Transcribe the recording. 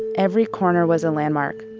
every corner was a landmark.